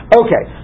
okay